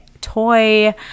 toy